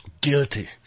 Guilty